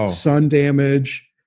ah sun damage,